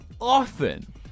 often